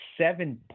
seven